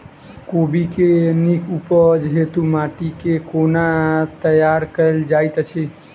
कोबी केँ नीक उपज हेतु माटि केँ कोना तैयार कएल जाइत अछि?